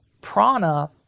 Prana